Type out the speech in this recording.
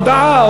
בעד מה?